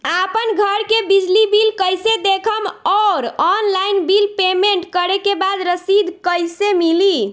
आपन घर के बिजली बिल कईसे देखम् और ऑनलाइन बिल पेमेंट करे के बाद रसीद कईसे मिली?